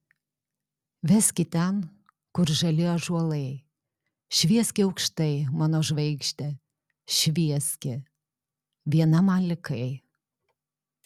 veski ten kur žali ąžuolai švieski aukštai mano žvaigžde švieski viena man likai